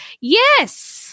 yes